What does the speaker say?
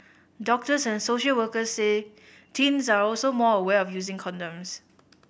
doctors and social workers say teens are also more aware of using condoms